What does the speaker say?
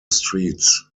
streets